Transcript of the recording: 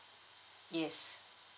yes